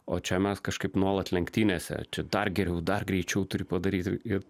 o čia mes kažkaip nuolat lenktynėse čia dar geriau dar greičiau turi padaryt ir ir